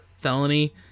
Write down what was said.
felony